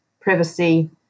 privacy